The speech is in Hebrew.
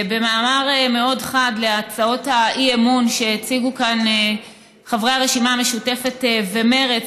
במעבר מאוד חד להצעות האי-אמון שהציגו כאן חברי הרשימה המשותפת ומרצ,